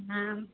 हा